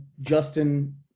Justin